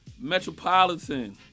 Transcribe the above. Metropolitan